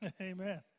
Amen